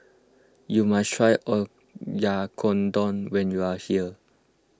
you must try Oyakodon when you are here